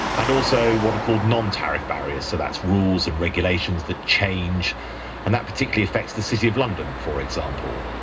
and also, what are called non-tariff barriers so that's rules and regulations that change and that particularly affects the city of london, for example